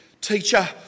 Teacher